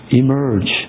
emerge